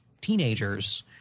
teenagers